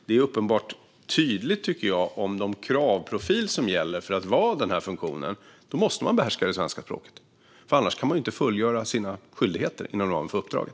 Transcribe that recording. Det är uppenbart och tydligt att med den kravprofil som gäller för att ha denna funktion måste man behärska svenska språket; annars kan man inte fullgöra sina skyldigheter inom ramen för uppdraget.